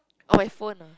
or my phone ah